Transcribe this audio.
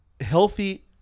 healthy